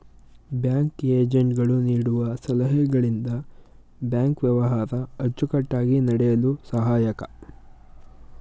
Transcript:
bank agent ಗಳು ನೀಡುವ ಸಲಹೆಗಳಿಂದ ಬ್ಯಾಂಕ್ ವ್ಯವಹಾರ ಅಚ್ಚುಕಟ್ಟಾಗಿ ನಡೆಯಲು ಸಹಾಯಕ